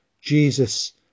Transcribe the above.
Jesus